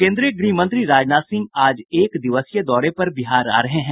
केंद्रीय गृह मंत्री राजनाथ सिंह आज एक दिवसीय दौरे पर बिहार आ रहे हैं